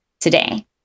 today